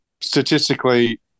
Statistically